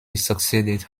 succeeded